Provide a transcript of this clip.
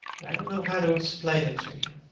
i don't know how to explain it to you.